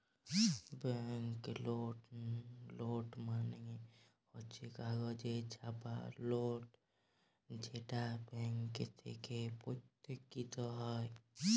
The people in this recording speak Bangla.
ব্যাঙ্ক লোট মালে হচ্ছ কাগজে ছাপা লোট যেটা ব্যাঙ্ক থেক্যে প্রস্তুতকৃত হ্যয়